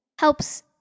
helps